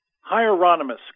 Hieronymus